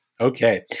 Okay